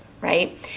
right